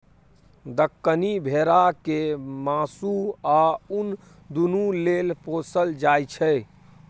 दक्कनी भेरा केँ मासु आ उन दुनु लेल पोसल जाइ छै